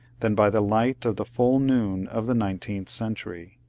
than by the light of the full noon of the nineteenth century.